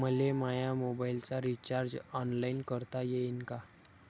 मले माया मोबाईलचा रिचार्ज ऑनलाईन करता येईन का?